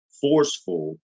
forceful